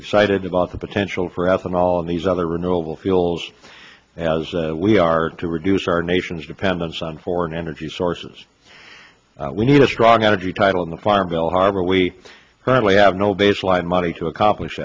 excited about the potential for ethanol and these other renewable fuels as we are to reduce our nation's dependence on foreign energy sources we need a strong energy title in the farm bill harbor we currently have no baseline money to accomplish